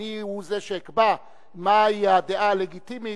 אני הוא זה שאקבע מהי הדעה הלגיטימית,